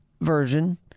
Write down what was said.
version